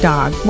Dog